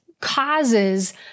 causes